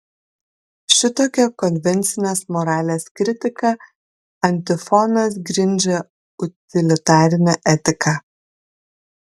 šitokia konvencinės moralės kritika antifonas grindžia utilitarinę etiką